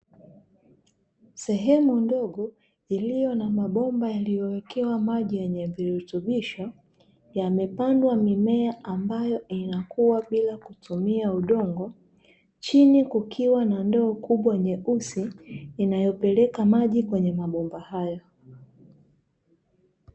Sehemu ndogo iliyo na mabomba yaliyowekewa maji yenye virutubisho, yamepandwa mimea ambayo inakuwa bila kutumia udongo chini kukiwa na ndoo kubwa nyeusi inayopeleka maji kwenye mabomba hayo.